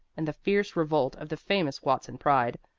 and the fierce revolt of the famous watson pride,